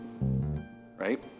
right